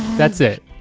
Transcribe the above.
that's it,